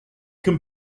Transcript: can